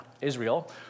Israel